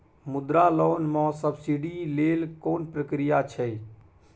मुद्रा लोन म सब्सिडी लेल कोन प्रक्रिया छै?